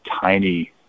tiny